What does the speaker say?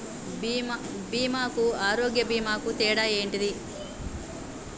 బీమా కు ఆరోగ్య బీమా కు తేడా ఏంటిది?